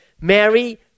Mary